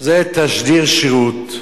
זה תשדיר שירות,